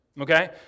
okay